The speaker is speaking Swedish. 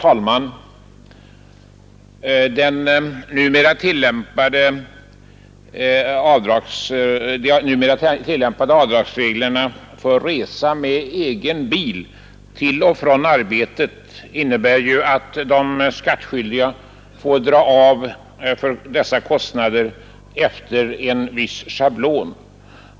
Herr talman! De numera tillämpade avdragsreglerna för resor med egen bil till och från arbetet innebär ju att de skattskyldiga får dra av för dessa kostnader efter en viss schablon.